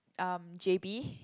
um J_B